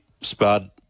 spud